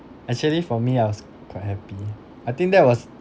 actually for me I was quite happy I think that was